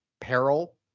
peril